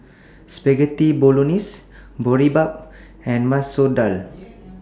Spaghetti Bolognese Boribap and Masoor Dal